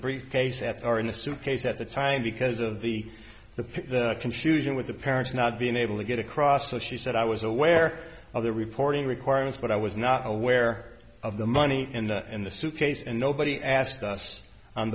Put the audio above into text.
briefcase that are in the suitcase at the time because of the confusion with the parents not being able to get across so she said i was aware of the reporting requirements but i was not aware of the money in the in the suitcase and nobody asked us on